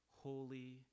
holy